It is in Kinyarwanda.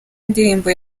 indirimbo